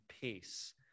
peace